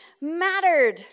mattered